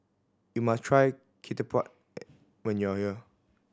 you must try ketupat when you are here